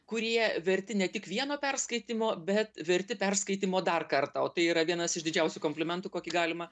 kurie verti ne tik vieno perskaitymo bet verti perskaitymo dar kartą o tai yra vienas iš didžiausių komplimentų kokį galima